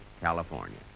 California